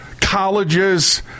colleges